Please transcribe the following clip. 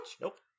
Nope